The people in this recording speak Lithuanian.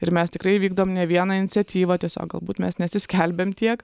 ir mes tikrai vykdom ne vieną iniciatyvą tiesiog galbūt mes nesiskelbiam tiek